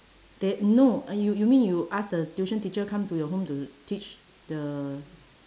then no uh you you mean you ask the tuition teacher come to your home to teach the